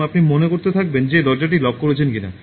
এবং আপনি মনে করতে থাকবেন যে দরজাটি লক করেছিলেন কিনা